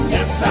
Yes